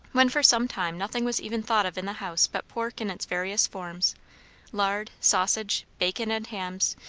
when for some time nothing was even thought of in the house but pork in its various forms lard, sausage, bacon, and hams,